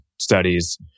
studies